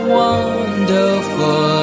wonderful